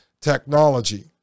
technology